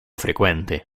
frequente